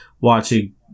watching